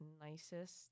nicest